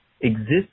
exists